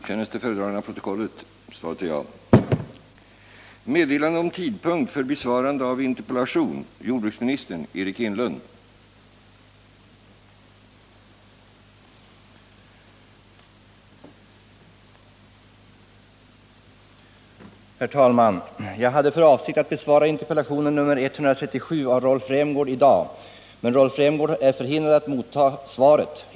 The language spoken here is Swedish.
Herr talman! Jag hade för avsikt att i dag besvara interpellation 1978/79:137 av Rolf Rämgård, men Rolf Rämgård är förhindrad att motta svaret.